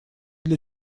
для